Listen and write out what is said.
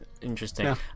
interesting